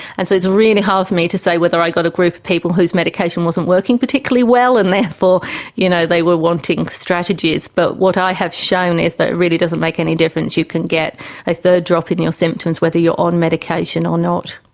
and so it's really hard for me to say whether i got a group of people whose medication wasn't working particularly well and therefore you know they were wanting strategies. but what i have shown is that it really doesn't make any difference. you can get a third drop in your symptoms whether you're on medication or not.